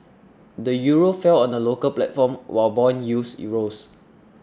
the Euro fell on the local platform while bond yields rose